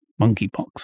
Monkeypox